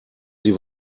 sie